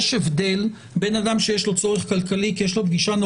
יש הבדל בין אדם שיש לו צורך כלכלי כי יש לו פגישה מאוד